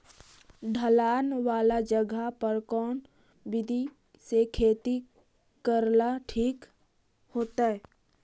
ढलान वाला जगह पर कौन विधी से खेती करेला ठिक होतइ?